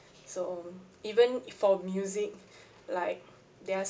so even for music like there are